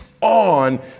on